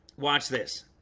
watch this